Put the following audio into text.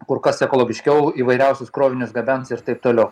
kur kas ekologiškiau įvairiausius krovinius gabens ir taip toliau